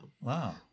Wow